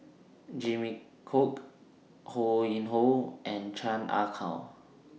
Jimmy Chok Ho Yuen Hoe and Chan Ah Kow